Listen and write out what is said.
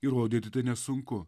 įrodyti tai nesunku